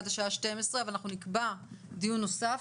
אנחנו נקבע דיון נוסף,